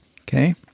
okay